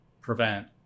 prevent